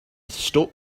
stop